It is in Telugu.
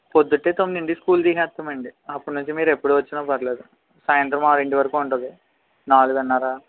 పొద్దునే తొమ్మిదింటికి స్కూల్ తీసేస్తామండి అప్పుడు నుంచి మీరు ఎప్పుడు వచ్చినా పర్వాలేదు సాయంత్రం ఆరింటివరకు ఉంటుది నాలుగున్నర